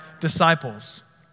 disciples